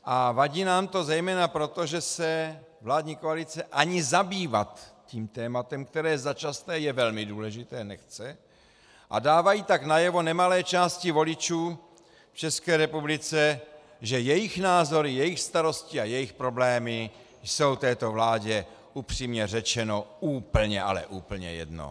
A vadí nám to zejména proto, že se vládní koalice ani zabývat tím tématem, které začasté je velmi důležité, nechce a dávají tak najevo nemalé části voličů v ČR, že jejich názory, jejich starosti a jejich problémy jsou této vládě upřímně řečeno úplně, ale úplně jedno.